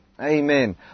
Amen